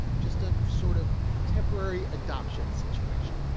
just a sort of temporary adoption situation.